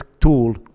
tool